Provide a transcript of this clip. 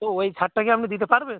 তো ওই ছাঁটটা কি আপনি দিতে পারবেন